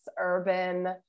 urban